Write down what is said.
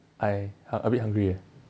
I uh a bit hungry eh